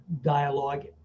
dialogue